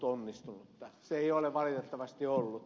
sitä se ei ole valitettavasti ollut